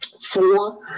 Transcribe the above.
four